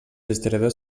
historiadors